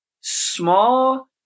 Small